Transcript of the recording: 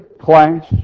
class